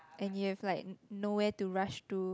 and you have like no where to rush to